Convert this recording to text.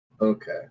Okay